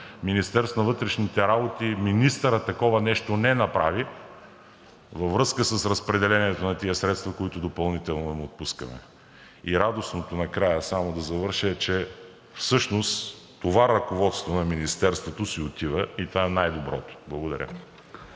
Министерството на вътрешните работи министърът такова нещо не направи във връзка с разпределението на тези средства, които допълнително им отпускаме. И радостното накрая, само да завърша, е, че всъщност това ръководство на Министерството си отива и това е най-доброто. Благодаря.